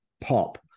pop